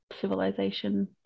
civilization